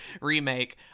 remake